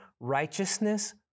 righteousness